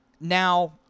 Now